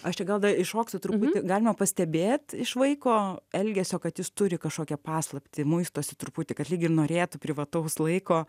aš čia gal da įšoksiu truputį galima pastebėt iš vaiko elgesio kad jis turi kašokią paslaptį muistosi truputį kad lyg ir norėtų privataus laiko